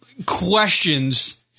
questions